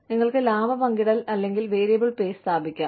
നിങ്ങൾക്ക് ലാഭ പങ്കിടൽ അല്ലെങ്കിൽ വേരിയബിൾ പേ സ്ഥാപിക്കാം